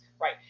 right